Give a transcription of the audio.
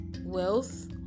wealth